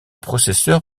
processeur